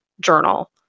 journal